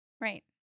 Right